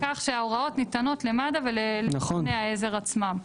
כך שההוראות ניתנות למד"א ולארגוני העזר עצמם.